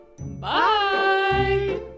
bye